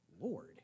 Lord